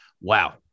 wow